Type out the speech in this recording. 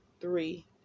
three